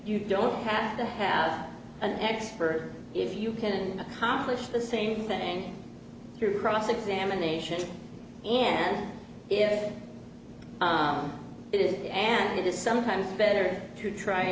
you don't have to have an expert if you can accomplish the same thing through cross examination and it is and it is sometimes better to try